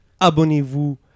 Abonnez-vous